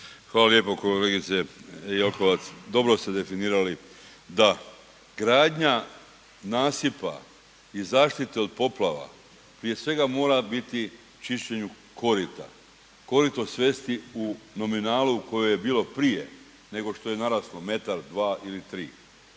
Hvala lijepo kolegice Jelkovac. Dobro ste definirali, da gradnja nasipa i zaštite od poplava prije svega mora biti čišćenju korita. Korito svesti u nominalu u kojoj je bilo prije nego što je naraslo metar, dva ili tri.